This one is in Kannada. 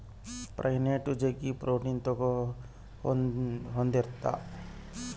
ಪೈನ್ನಟ್ಟು ಜಗ್ಗಿ ಪ್ರೊಟಿನ್ ಹೊಂದಿರ್ತವ